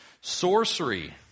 Sorcery